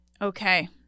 Okay